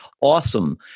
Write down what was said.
awesome